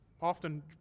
often